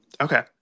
Okay